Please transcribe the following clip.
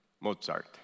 Mozart